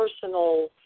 personal